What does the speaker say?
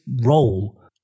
role